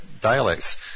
dialects